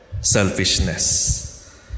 selfishness